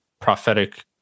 prophetic